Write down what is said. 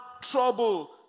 trouble